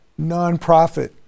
nonprofit